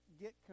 get